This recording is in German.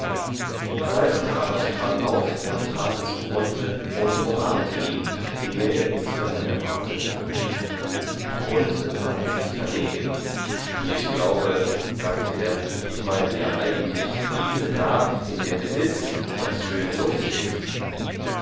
saltner aber sprang auf und trat zu grunthe und umarmte ihn ehe er es verhindern konnte grunthe wand sich verlegen ich glaube sagte er ich meine ja eigentlich diese la in der wir sitzen das schöne